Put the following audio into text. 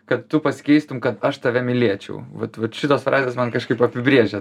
kad tu pasikeistum kad aš tave mylėčiau vat vat šitos frazės man kažkaip apibrėžia